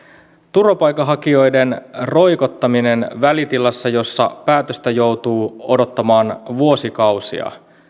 turvapaikanhakijoiden roikottaminen välitilassa jossa päätöstä joutuu odottamaan vuosikausia